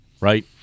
right